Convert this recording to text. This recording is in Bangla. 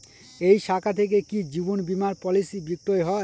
এই শাখা থেকে কি জীবন বীমার পলিসি বিক্রয় হয়?